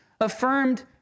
affirmed